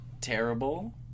terrible